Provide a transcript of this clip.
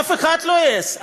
אף אחד לא העז.